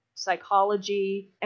psychology